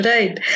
Right